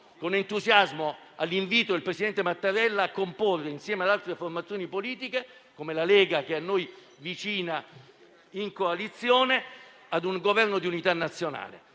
con entusiasmo all'invito del presidente Mattarella a comporre, insieme ad altre formazioni politiche, come la Lega, a noi vicina in coalizione, un Governo di unità nazionale.